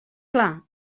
clar